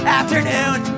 afternoon